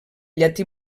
llatí